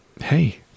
Hey